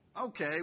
okay